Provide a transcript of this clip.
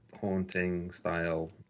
haunting-style